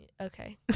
Okay